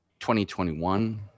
2021